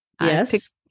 Yes